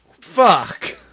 fuck